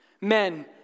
Men